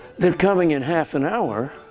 they're coming in half an hour?